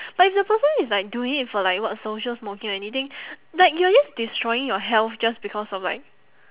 but if the person is like doing it for like what social smoking or anything like you are just destroying your health just because of like